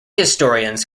historians